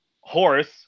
horse